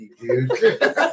dude